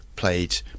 played